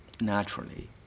naturally